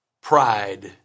pride